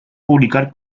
publicar